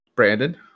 Brandon